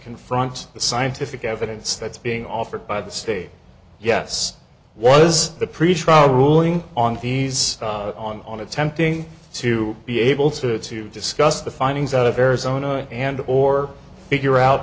confront the scientific evidence that's being offered by the state yes was the pretrial ruling on these on attempting to be able to to discuss the findings out of arizona and or figure out